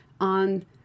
on